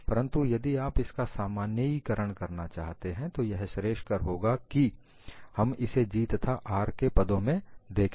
परंतु यदि आप इसका सामान्यीकरण करना चाहते हैं तो यह श्रेयस्कर होगा कि हम इसे G तथा R के पदों में देखें